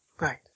Right